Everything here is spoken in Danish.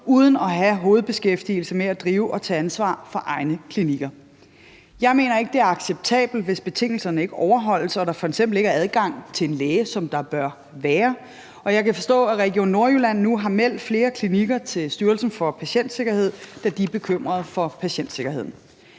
uden at have hovedbeskæftigelse med at drive og tage ansvar for egne klinikker. Jeg mener ikke, det er acceptabelt, hvis betingelserne ikke overholdes og der f.eks. ikke er adgang til en læge, som der bør være. Og jeg kan forstå, at Region Nordjylland nu har meldt flere klinikker til Styrelsen for Patientsikkerhed, da de er bekymrede for patientsikkerheden.